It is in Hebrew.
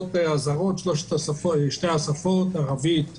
בשפות הזרות, שתי השפות ערבית ואנגלית,